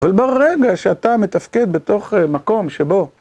אבל ברגע שאתה מתפקד בתוך מקום שבו.